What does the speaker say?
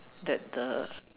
that the